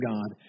God